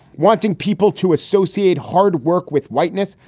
wanting people to associate hard work with whiteness.